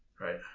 right